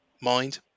mind